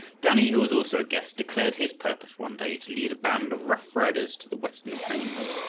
danny, who was also a guest, declared his purpose one day to lead a band of rough riders to the western plains,